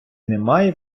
немає